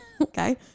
Okay